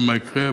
ומה יקרה?